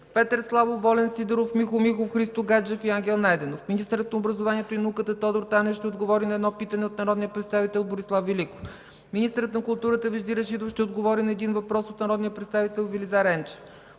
Петър Славов, Волен Сидеров, Михо Михов, Христо Гаджев, и Ангел Найденов. 6. Министърът на образованието и науката Тодор Танев ще отговори на едно питане от народния представител Борислав Великов. 7. Министърът на културата Вежди Рашидов ще отговори на един въпрос от народния представител Велизар Енчев.